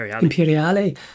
Imperiale